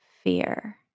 fear